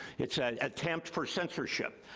it's an attempt for censorship.